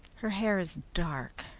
her hair is dark,